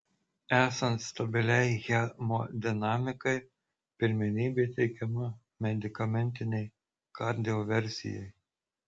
esant stabiliai hemodinamikai pirmenybė teikiama medikamentinei kardioversijai